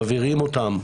מעבירים אותם,